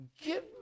give